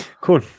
cool